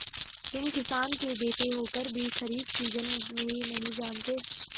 तुम किसान के बेटे होकर भी खरीफ सीजन भी नहीं जानते